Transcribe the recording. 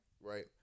Right